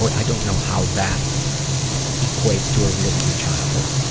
i don't know how that equates to a really good childhood.